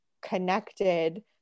connected